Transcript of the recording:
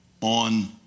on